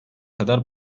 kadar